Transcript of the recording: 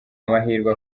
amahirwe